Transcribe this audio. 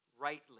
rightly